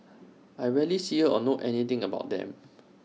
I rarely see her or know anything about them